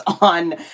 on